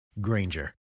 Granger